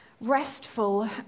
restful